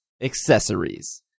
accessories